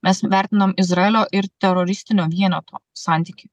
mes vertinam izraelio ir teroristinio vieneto santykį